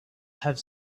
have